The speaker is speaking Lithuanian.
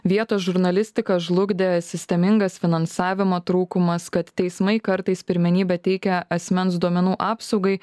vietos žurnalistiką žlugdė sistemingas finansavimo trūkumas kad teismai kartais pirmenybę teikia asmens duomenų apsaugai